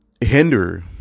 hinder